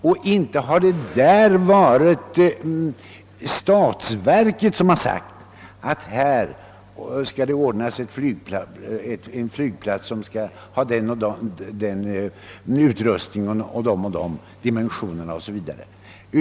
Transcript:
Och inte har det där varit statsverket som sagt att det där och där skall ordnas en flygplats med den och den utrustningen, de och de dimensionerna 0. s. v.